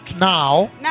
now